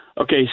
Okay